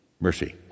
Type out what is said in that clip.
mercy